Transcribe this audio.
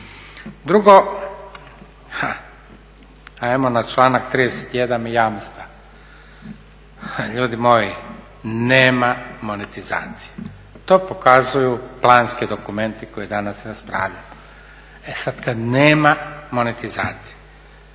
Drugo, ha, ajmo na članak 31.jamstva, ljudi moji nema monetizacija, to pokazuju planski dokumenti koje danas raspravljamo. E sada kada nema monetizacije